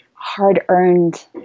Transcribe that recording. hard-earned